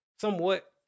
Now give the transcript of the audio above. somewhat